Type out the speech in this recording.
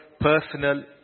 personal